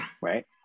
right